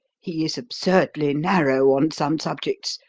he is absurdly narrow on some subjects,